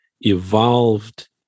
evolved